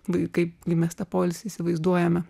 vai kaip gi mes tą poilsį įsivaizduojame